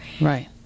Right